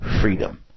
freedom